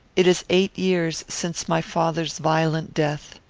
it is eight years since my father's violent death.